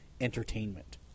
entertainment